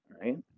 right